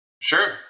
Sure